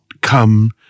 come